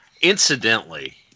Incidentally